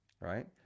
right